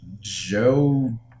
Joe